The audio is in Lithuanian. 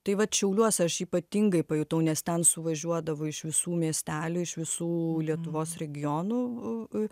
tai vat šiauliuose aš ypatingai pajutau nes ten suvažiuodavo iš visų miestelių iš visų lietuvos regionų